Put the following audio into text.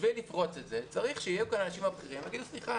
בשביל לפרוץ את זה צריך שיהיו כאן האנשים הבכירים ויגידו: סליחה,